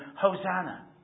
Hosanna